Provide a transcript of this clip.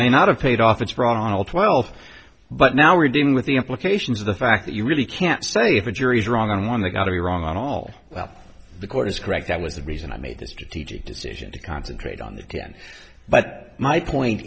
may not have paid off it's brought on all twelve but now we're dealing with the implications of the fact that you really can't say if a jury is wrong on one they got to be wrong on all well the court is correct that was a reason i made a strategic decision to concentrate on the ten but my point